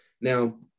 Now